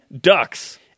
Ducks